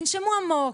תנשמו עמוק,